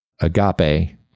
agape